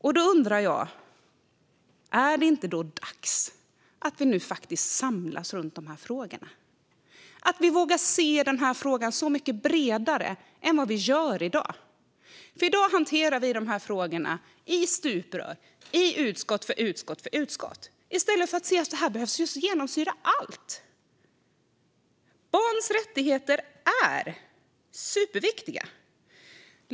Därför undrar jag: Är det inte dags att vi faktiskt samlas i de här frågorna? Är det inte dags att vi vågar se frågan så mycket bredare än vad vi gör i dag? I dag hanterar vi nämligen de här frågorna i stuprör, utskott för utskott, i stället för att se att detta behöver genomsyra allt. Barns rättigheter är superviktiga.